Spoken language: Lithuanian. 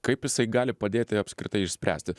kaip jisai gali padėti apskritai išspręsti